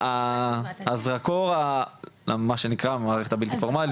הזרקור מה שנקרא במערכת הבלתי פורמלית,